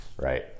right